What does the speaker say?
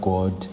God